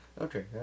Okay